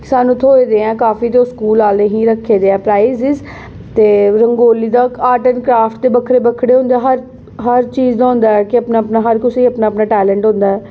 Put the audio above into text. साह्नूं थ्होऐ दे न काफी जो स्कूल आह्लें हे रक्खे दे प्राइज ते रंगोली दा आर्ट ऐंड क्राफ्ट दा बक्खरा बक्खरा होंदा हा हर चीज़ दा होंदा ऐ कि अपना अपना हर कुसै गी अपना अपना टैलेंट होंदा ऐ